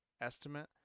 estimate